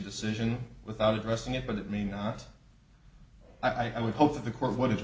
decision without addressing it but it may not i would hope that the court what i